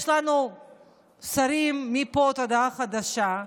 יש לנו שרים מפה עד הודעה חדשה,